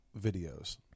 videos